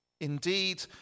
Indeed